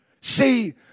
See